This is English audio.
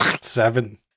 seven